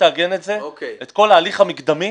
תעגן את כל ההליך המקדמי